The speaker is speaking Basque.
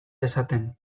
dezaten